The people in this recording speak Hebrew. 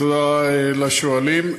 תודה לשואלים.